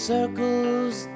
circles